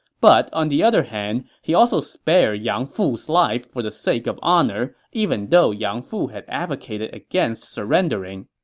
but on the other hand, he also spared yang fu's life for the sake of honor even though yang fu had advocated against surrendering.